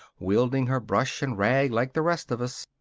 wielding her brush and rag like the rest of us.